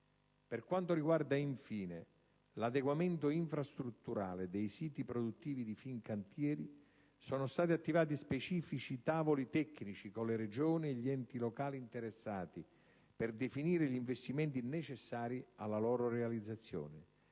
Per quanto riguarda, infine, l'adeguamento infrastrutturale dei siti produttivi di Fincantieri, sono stati attivati specifici tavoli tecnici con le Regioni e gli enti locali interessati, per definire gli investimenti necessari alla loro realizzazione.